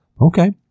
okay